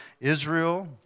Israel